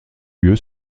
lieu